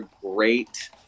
great